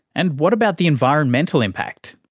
and what about the environmental impact?